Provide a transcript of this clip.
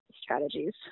strategies